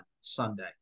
Sunday